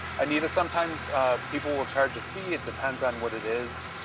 i need that sometimes people will charge a fee. it depends on what it is.